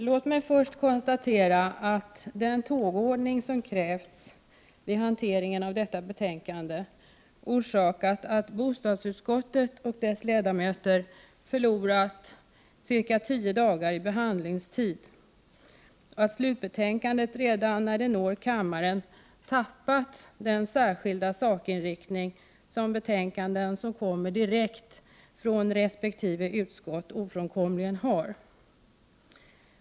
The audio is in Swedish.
Låt mig först konstatera att den tågordning som tillämpats vid framtagandet av detta betänkande lett till att bostadsutskottet och dess ledamöter förlorat ca 10 dagar i behandlingstid och att slutbetänkandet redan när det når kammaren tappat den särskilda sakinriktning som betänkanden som kommer direkt från resp. utskott ofrånkomligen har.